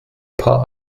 paar